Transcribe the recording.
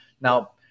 Now